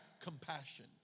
compassion